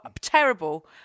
Terrible